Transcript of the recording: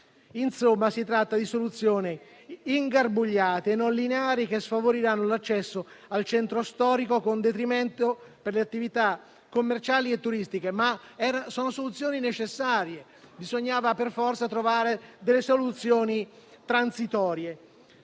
Insomma, si tratta di soluzioni ingarbugliate e non lineari, che sfavoriranno l'accesso al centro storico, con detrimento per le attività commerciali e turistiche. Sono tuttavia soluzioni necessarie e bisognava per forza trovarne di soluzioni transitorie.